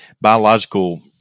biological